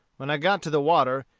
when i got to the water,